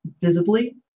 visibly